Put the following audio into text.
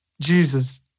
Jesus